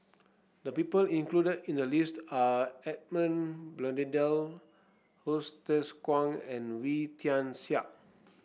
the people included in the list are Edmund Blundell Hsu Tse Kwang and Wee Tian Siak